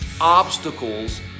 obstacles